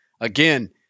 Again